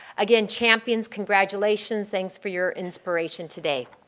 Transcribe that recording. again, champions, congratulations! thanks for your inspiration today.